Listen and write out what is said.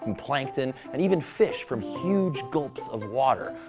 and plankton, and even fish from huge gulps of water.